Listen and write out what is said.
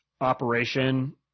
operation